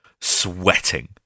sweating